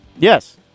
Yes